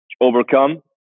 overcome